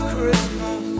Christmas